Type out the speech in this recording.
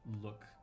look